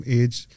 age